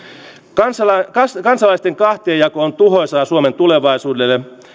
kansalaisten kansalaisten kahtiajako on tuhoisaa suomen tulevaisuudelle